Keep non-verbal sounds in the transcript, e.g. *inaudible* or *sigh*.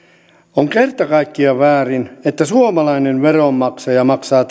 on kerta kaikkiaan väärin että suomalainen veronmaksaja maksaa *unintelligible*